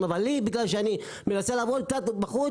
אבל אני בגלל שאני מנסה לעבוד קצת בחוץ